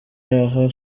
yaha